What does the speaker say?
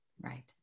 Right